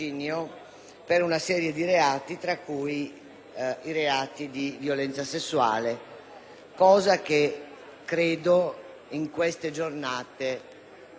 cosa che credo in queste giornate non debba che vederci tutti assolutamente favorevoli.